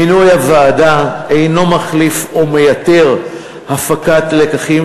מינוי הוועדה אינו מחליף או מייתר הפקת לקחים